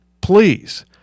Please